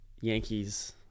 Yankees